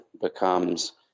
becomes